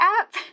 app